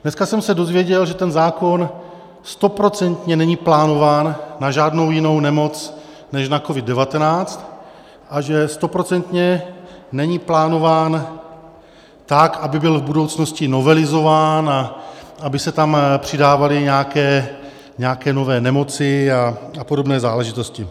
Dneska jsem se dozvěděl, že ten zákon stoprocentně není plánován na žádnou jinou nemoc než na COVID19 a že stoprocentně není plánován tak, aby byl v budoucnosti novelizován a aby se tam přidávaly nějaké nové nemoci a podobné záležitosti.